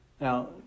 Now